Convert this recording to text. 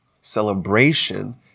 celebration